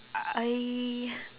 I